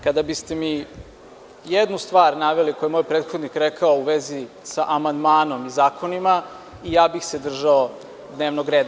Kada biste mi jednu stvar naveli koju je moj prethodnik rekao u vezi sa amandmanom i zakonima, i ja bih se držao dnevnog reda.